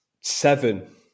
seven